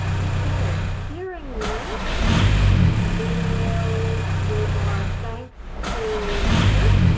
okay hearing none we will give our thanks to kirk